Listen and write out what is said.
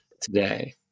today